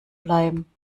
bleiben